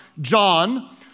John